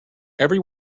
every